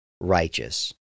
righteous